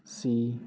C